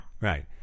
Right